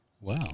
Wow